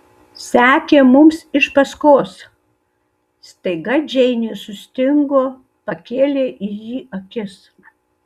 sekė mums iš paskos staiga džeinė sustingo pakėlė į jį akis